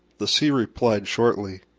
the sea replied shortly,